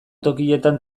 tokietan